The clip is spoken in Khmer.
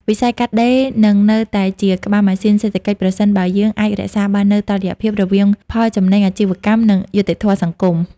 វិស័យកាត់ដេរនឹងនៅតែជាក្បាលម៉ាស៊ីនសេដ្ឋកិច្ច ប្រសិនបើយើងអាចរក្សាបាននូវតុល្យភាពរវាងផលចំណេញអាជីវកម្ម និងយុត្តិធម៌សង្គម។